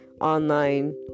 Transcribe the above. online